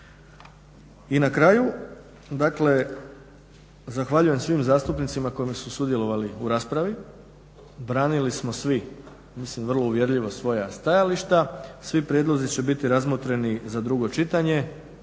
I na kraju, dakle zahvaljujem svim zastupnicima koji su sudjelovali u raspravi, branili smo svi mislim uvjerljivo svoja stajališta, svi prijedlozi će biti razmotreni za drugo čitanje,